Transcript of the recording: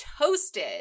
toasted